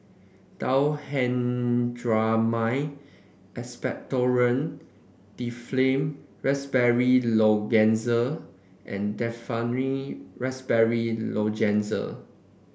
Diphenhydramine Expectorant Difflam Raspberry Lozenges and Difflam Raspberry Lozenges